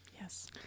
Yes